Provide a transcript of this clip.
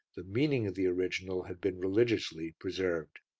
the meaning of the original had been religiously preserved.